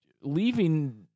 leaving